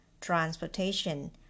transportation